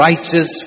righteous